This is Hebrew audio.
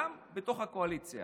גם בתוך הקואליציה,